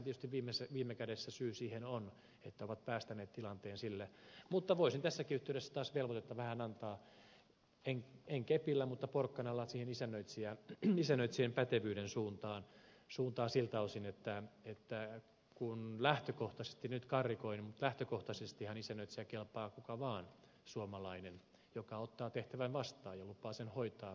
heissähän tietysti viime kädessä on syy siihen että he ovat päästäneet tilanteen sille tasolle mutta voisin tässäkin yhteydessä taas velvoitetta vähän antaa en kepillä mutta porkkanalla sen isännöitsijän pätevyyden suuntaan siltä osin että lähtökohtaisesti nyt karrikoin isännöitsijäksi kelpaa kuka vaan suomalainen joka ottaa tehtävän vastaan ja lupaa sen hoitaa kunniakkaasti